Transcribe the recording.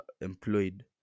employed